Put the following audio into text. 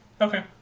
Okay